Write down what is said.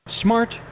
Smart